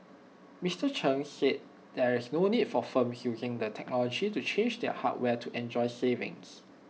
Mister Chen said there is no need for firms using the technology to change their hardware to enjoy savings